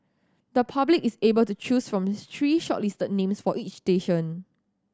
the public is able to choose from three shortlisted names for each station